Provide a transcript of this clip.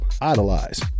idolize